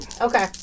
Okay